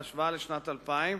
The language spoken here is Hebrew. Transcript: בהשוואה לשנת 2000,